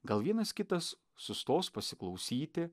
gal vienas kitas sustos pasiklausyti